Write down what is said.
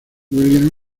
williams